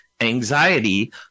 anxiety